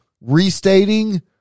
restating